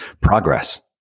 progress